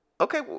okay